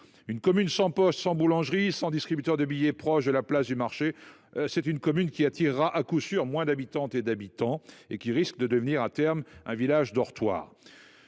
Une commune sans bureau de poste, sans boulangerie, sans distributeur de billets proche de la place du marché est une commune qui attirera à coup sûr moins d’habitantes et d’habitants et qui risque de devenir, à terme, un village dortoir.